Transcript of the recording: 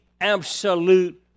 absolute